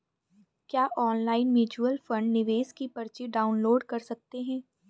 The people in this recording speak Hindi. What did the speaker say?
क्या ऑनलाइन म्यूच्यूअल फंड निवेश की पर्ची डाउनलोड कर सकते हैं?